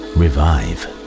revive